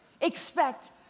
expect